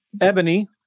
Ebony